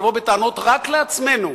לבוא בטענות רק לעצמנו,